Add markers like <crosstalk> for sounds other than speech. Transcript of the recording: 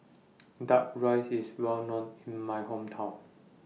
<noise> Duck Rice IS Well known in My Hometown